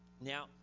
Now